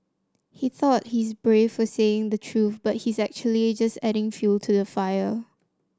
he thought he's brave for saying the truth but he's actually just adding fuel to the fire